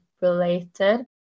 related